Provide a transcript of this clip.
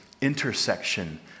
intersection